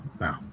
no